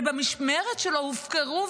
שבמשמרת שלו הופקרו,